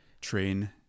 train